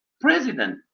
president